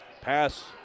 pass